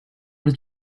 did